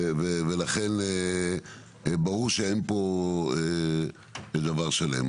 לכן ברור שאין כאן דבר שלם.